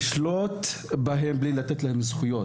אני חושב שהגורם הוא השליטה בהם מבלי להעניק להם זכויות.